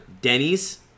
Denny's